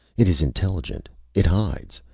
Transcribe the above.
it is intelligent! it hides!